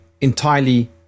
entirely